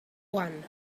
one